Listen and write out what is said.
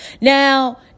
Now